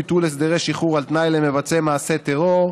ביטול הסדרי שחרור על תנאי למבצעי מעשי טרור),